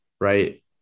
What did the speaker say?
right